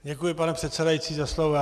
Děkuji, pane předsedající, za slovo.